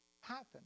happen